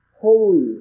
Holy